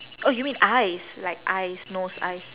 oh you mean eyes like eyes nose eyes